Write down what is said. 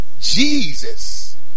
Jesus